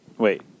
Wait